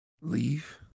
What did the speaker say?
Leave